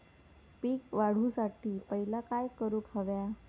पीक वाढवुसाठी पहिला काय करूक हव्या?